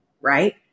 right